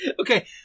Okay